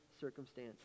circumstance